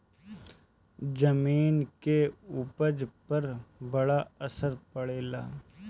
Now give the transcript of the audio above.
जमीन के उपज पर बड़ा असर पड़ेला